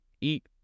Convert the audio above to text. eat